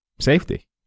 safety